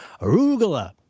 Arugula